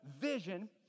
vision